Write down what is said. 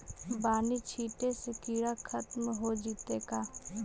बानि छिटे से किड़ा खत्म हो जितै का?